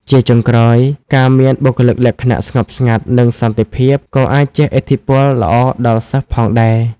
ជាចុងក្រោយ ការមាន បុគ្គលិកលក្ខណៈស្ងប់ស្ងាត់ និងសន្តិភាព ក៏អាចជះឥទ្ធិពលល្អដល់សិស្សផងដែរ។